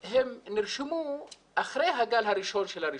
נרשמו אחרי הגל הראשון של הרישום.